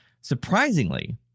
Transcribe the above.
Surprisingly